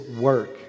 work